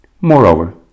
Moreover